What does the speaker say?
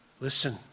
Listen